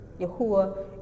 Yahuwah